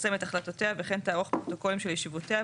תפרסם את החלטותיה וכן תערוך פרוטוקולים של ישיבותיה,